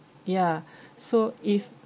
ya so if